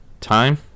time